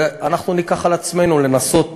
ואנחנו ניקח על עצמנו לנסות